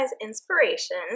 inspiration